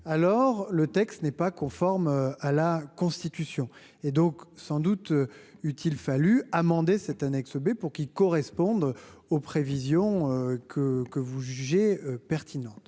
alors le texte n'est pas conforme à la Constitution et donc sans doute utile fallu amender cette annexe B pour qu'ils correspondent aux prévisions que que vous jugez pertinente